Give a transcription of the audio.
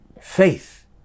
Faith